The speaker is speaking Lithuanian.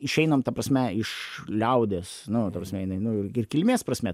išeinam ta prasme iš liaudies nu ta prasme jinai ir kilmės prasme